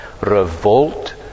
Revolt